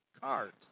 cards